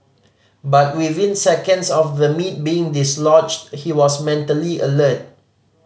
but within seconds of the meat being dislodged he was mentally alert